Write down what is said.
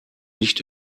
nicht